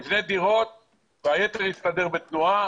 נבנה דירות והיתר יסתדר בתנועה.